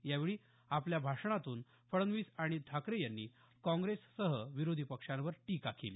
यावेळी आपल्या भाषणातून फडणवीस आणि ठाकरे यांनी काँग्रेससह विरोधी पक्षांवर टीका केली